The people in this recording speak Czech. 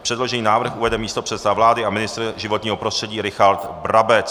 Předložený návrh uvede místopředseda vlády a ministr životního prostředí Richard Brabec.